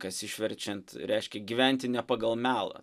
kas išverčiant reiškia gyventi ne pagal melą